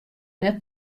net